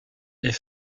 est